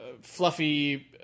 fluffy